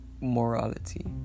Morality